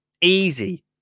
easy